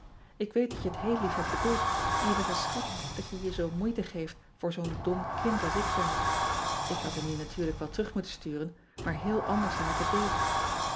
k weet dat je het heel lief hebt bedoeld en je bent een schat dat je je zoo n moeite geeft voor zoo n dom kind als ik ben k had hem je natuurlijk wel terug moeten sturen maar heel anders dan ik het deed